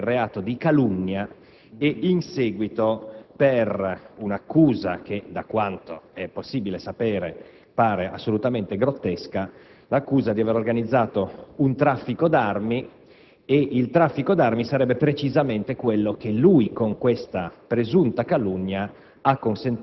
in stato di arresto per motivi cautelari, inizialmente per il reato di calunnia, e in seguito per l'accusa - che da quanto è possibile sapere pare assolutamente grottesca - di avere organizzato un traffico d'armi.